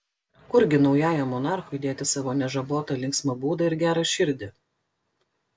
kurgi naujajam monarchui dėti savo nežabotą linksmą būdą ir gerą širdį